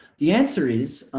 the answer is